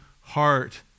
heart